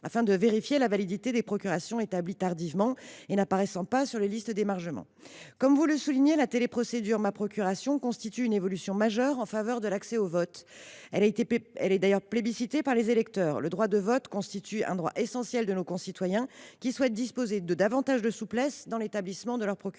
afin de vérifier la validité des procurations établies tardivement et n’apparaissant pas sur les listes d’émargement. Comme vous le soulignez, la téléprocédure Maprocuration constitue une évolution majeure en faveur de l’accès au vote, plébiscitée par les électeurs. Le droit de vote constitue un droit essentiel de nos concitoyens, qui souhaitent disposer de davantage de souplesse dans l’établissement d’une procuration.